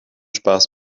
spaß